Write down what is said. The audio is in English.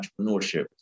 entrepreneurship